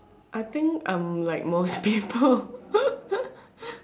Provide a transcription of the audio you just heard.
I think I'm like most people